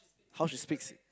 how she speaks